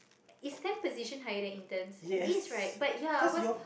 is temp position higher than interns it is right but ya I was